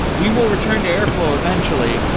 we will return to airflow eventually,